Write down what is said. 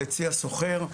לצי הסוחר.